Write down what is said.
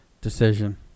decision